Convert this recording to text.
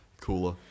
cooler